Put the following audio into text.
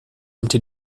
into